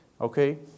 Okay